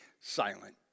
silent